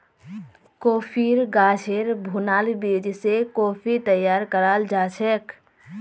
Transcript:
कॉफ़ीर गाछेर भुनाल बीज स कॉफ़ी तैयार कराल जाछेक